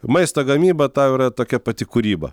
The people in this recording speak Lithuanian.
maisto gamyba tau yra tokia pati kūryba